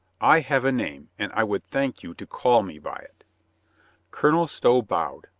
i have a name, and i would thank you to call me by it colonel stow bowed.